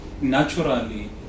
naturally